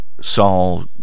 Saul